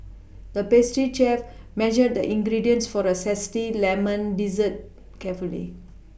the pastry chef measured the ingredients for a zesty lemon dessert carefully